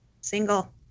single